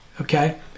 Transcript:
okay